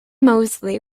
moseley